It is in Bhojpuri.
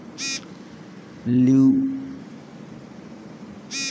ट्यूलिप के संस्कृत में देव दुन्दुभी कहल जाला